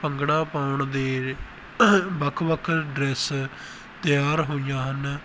ਭੰਗੜਾ ਪਾਉਣ ਦੇ ਵੱਖ ਵੱਖ ਡਰੈਸ ਤਿਆਰ ਹੋਈਆਂ ਹਨ